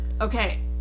Okay